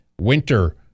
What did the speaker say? winter